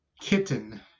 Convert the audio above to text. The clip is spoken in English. Kitten